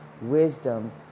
wisdom